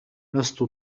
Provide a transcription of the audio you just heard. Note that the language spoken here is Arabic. لست